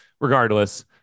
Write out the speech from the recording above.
regardless